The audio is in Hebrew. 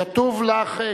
כתוב לך.